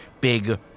big